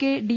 K D